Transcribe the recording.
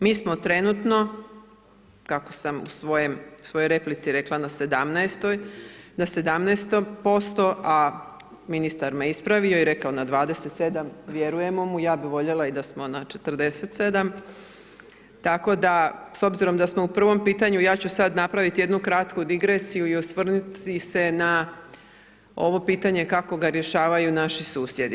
Mi smo trenutno kako sam u svojoj replici rekla na 17% a ministar me ispravio i rekao na 27, vjerujemo mu, ja bi voljela i da smo i na 47, tako da obzirom da smo u prvom pitanju, ja ću sad napraviti jednu kratku digresiju i osvrnuti se na ovo pitanje kako ga rješavaju naši susjedi.